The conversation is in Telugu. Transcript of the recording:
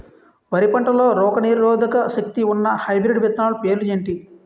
వరి పంటలో రోగనిరోదక శక్తి ఉన్న హైబ్రిడ్ విత్తనాలు పేర్లు ఏంటి?